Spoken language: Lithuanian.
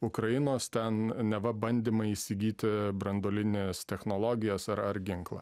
ukrainos ten neva bandymai įsigyti branduolines technologijas ar ar ginklą